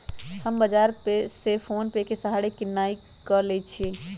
हम बजारो से फोनेपे के सहारे किनाई क लेईछियइ